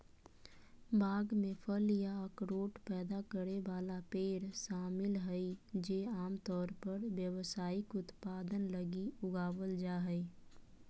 बाग में फल या अखरोट पैदा करे वाला पेड़ शामिल हइ जे आमतौर पर व्यावसायिक उत्पादन लगी उगावल जा हइ